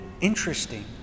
interesting